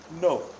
No